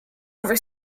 over